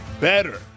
better